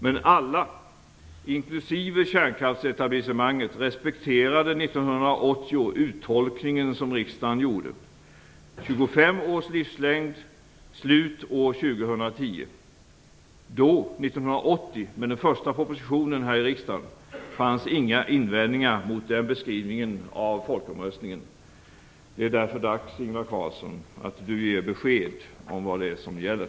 Men alla, inklusive kärnkraftsetablissemanget, respekterade den uttolkning som riksdagen gjorde 1980: 25 års livslängd, slut år 2010. Då, 1980, då riksdagen behandlade den första propositionen, fanns inga invändningar mot den beskrivningen av folkomröstningen. Det är därför dags att Ingvar Carlsson ger besked om vad som gäller.